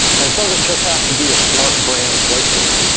and it doesn't just have to be a smart brand whiteboard.